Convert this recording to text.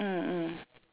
ah ah